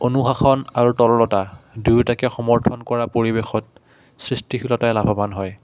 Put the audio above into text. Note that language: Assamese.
অনুশাসন আৰু তৰলতা দুয়োটাকে সমৰ্থন কৰা পৰিৱেশত সৃষ্টিশীলতাই লাভৱান হয়